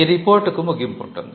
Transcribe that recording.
ఈ రిపోర్ట్ కు ముగింపు ఉంటుంది